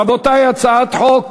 רבותי, הצעת חוק